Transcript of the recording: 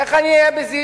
איך אני אומר בזהירות,